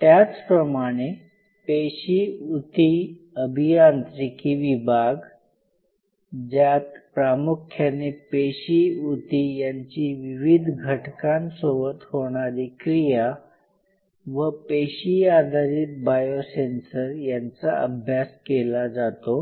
त्याच प्रमाणे पेशी उती अभियांत्रिकी विभाग ज्यात प्रामुख्याने पेशी उती यांची विविध घटकांसोबत होणारी क्रिया व पेशी आधारित बायोसेन्सर यांचा अभ्यास केला जातो